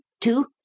two